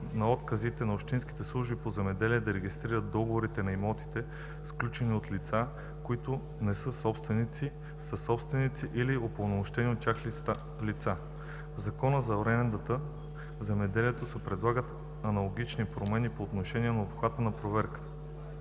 на отказите на общинските служби по земеделие да регистрират договори за имоти, сключени от лица, които не са собственици, съсобственици или упълномощени от тях лица. В Закона за арендата в земеделието се предлагат аналогични промени по отношение на обхвата на проверката,